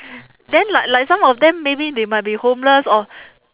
then like like some of them maybe they might be homeless or